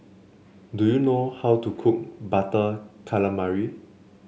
do you know how to cook Butter Calamari